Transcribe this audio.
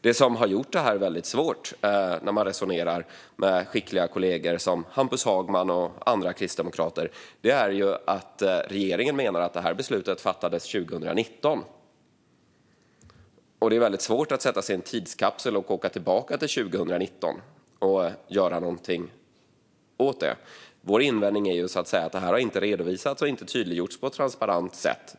Det som har gjort detta väldigt svårt, när man resonerar med skickliga kollegor som Hampus Hagman och andra kristdemokrater, är att regeringen menar att detta beslut fattades 2019. Det är väldigt svårt att sätta sig i en tidskapsel och åka tillbaka till 2019 och göra någonting åt det. Vår invändning är, så att säga, att detta inte har redovisats och tydliggjorts på ett transparent sätt.